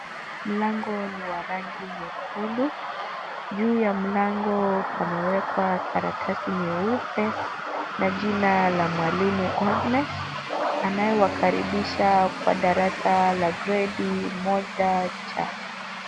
Mlango ni wa rangi nyekundu, juu ya mlango pamewekwa karatasi nyeupe na jina la mwalimu Agnes, anayewakaribisha kwa darasa la gradi moja C.